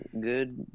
good